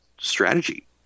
strategy